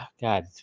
god